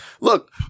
Look